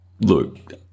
look